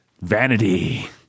Vanity